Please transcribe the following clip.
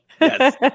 Yes